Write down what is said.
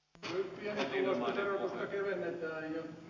d d